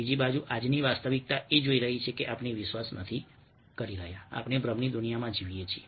બીજી બાજુ આજની વાસ્તવિકતા એ જોઈ રહી છે કે આપણે વિશ્વાસ નથી કરી રહ્યા આપણે ભ્રમની દુનિયામાં જીવીએ છીએ